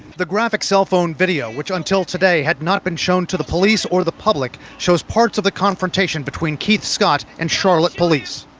the graphic cellphone video which until today had not been shown to the police or the public, shows parts of the confrontation between keith scott and charlotte police.